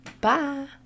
Bye